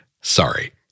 Sorry